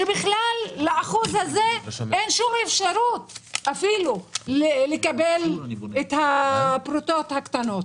שבכלל לאחוז הזה אין שום אפשרות אפילו לקבל את הפרוטות הקטנות.